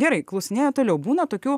gerai klausinėju toliau būna tokių